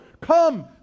Come